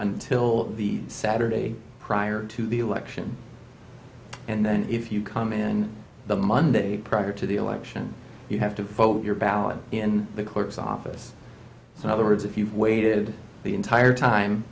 until the saturday prior to the election and then if you come in the monday prior to the election you have to vote your ballot in the courts office so other words if you've waited the entire time